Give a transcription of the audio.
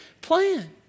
plan